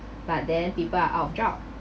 but then people are out of job